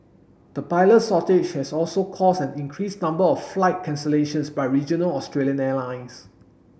the pilot shortage has also caused an increased number of flight cancellations by regional Australian airlines